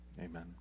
amen